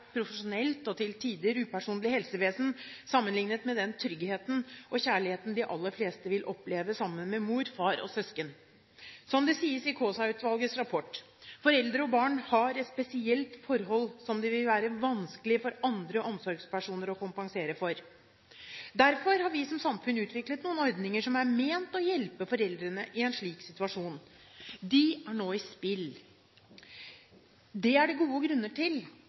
profesjonelt og til tider upersonlig helsevesen, sammenliknet med den tryggheten og kjærligheten de aller fleste vil oppleve sammen med mor, far og søsken. Som det sies i Kaasa-utvalgets rapport: «Foreldre og barn har et spesielt forhold som det vil være vanskelig for andre omsorgspersoner å kompensere for.» Derfor har vi som samfunn utviklet noen ordninger som er ment å hjelpe foreldrene i en slik situasjon. De er nå i spill! Det er gode grunner til